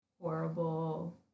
horrible